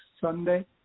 Sunday